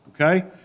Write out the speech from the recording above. Okay